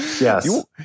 Yes